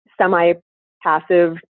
semi-passive